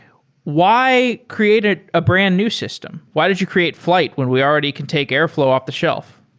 why create ah a brand-new system? why did you create flyte when we already can take airfl ow off-the-shelf?